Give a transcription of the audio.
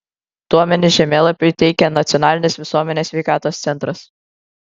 duomenis žemėlapiui teikia nacionalinis visuomenės sveikatos centras